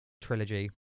trilogy